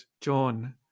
John